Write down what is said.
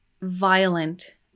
violent